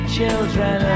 Children